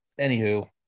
anywho